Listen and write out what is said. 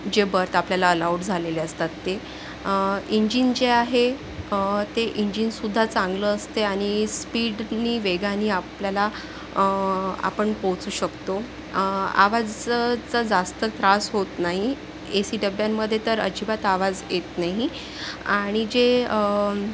जे बर्थ आपल्याला अलॉट झालेले असतात ते इंजिन जे आहे ते इंजिनसुद्धा चांगलं असते आणि स्पीडनी वेगानी आपल्याला आपण पोहचू शकतो आवाजाचा जास्त त्रास होत नाही ए सी डब्यांमध्ये तर अजिबात आवाज येत नाही आणि जे